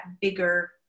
bigger